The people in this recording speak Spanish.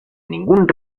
ningún